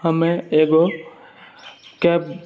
हमे एगो कैब